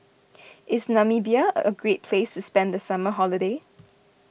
is Namibia a a great place spend the summer holiday